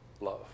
love